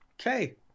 Okay